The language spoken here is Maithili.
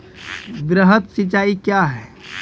वृहद सिंचाई कया हैं?